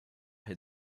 had